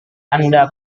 anda